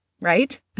right